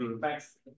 Thanks